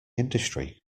industry